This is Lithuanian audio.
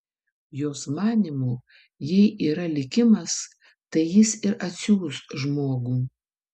jos manymu jei yra likimas tai jis ir atsiųs žmogų